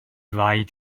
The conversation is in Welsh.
rhaid